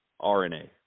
RNA